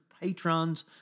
patrons